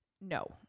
no